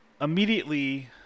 immediately